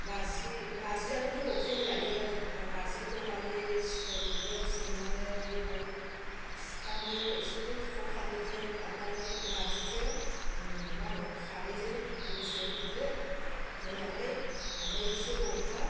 नारजियाबो गोबाव टाइम लायो आं नारजिखौ माने सोमदो सोमनानै ओमफ्राय सुखांदो एसे गोखाखौ खारहोदो खारहोनानै नारजिजों मा होनो खारैजों दसे रुदो रुनानै ओमफ्राय एसे रबबा